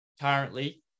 currently